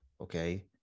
Okay